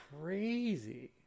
crazy